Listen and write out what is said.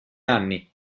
anni